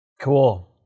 cool